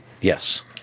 Yes